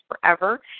forever